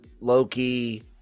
Loki